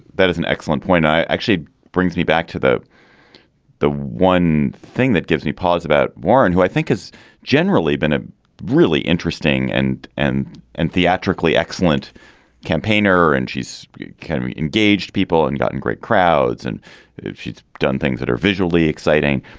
that is an excellent point. i actually brings me back to the the one thing that gives me pause about warren, who i think has generally been a really interesting and and and theatrically excellent campaigner. and she's engaged people and gotten great crowds and she's done things that are visually exciting.